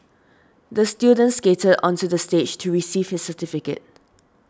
the student skated onto the stage to receive his certificate